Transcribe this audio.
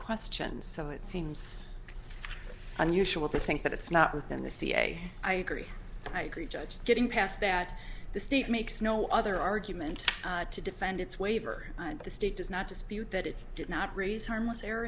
question so it seems unusual to think that it's not within the ca i agree i agree judge getting past that the state makes no other argument to defend its waiver the state does not dispute that it did not raise harmless